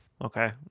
okay